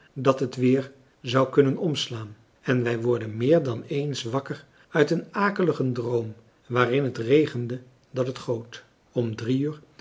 dat het weêr zou kunnen omslaan en wij worden meer dan eens wakker uit een akeligen droom waarin het regende dat het goot om drie uur